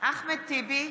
אחמד טיבי,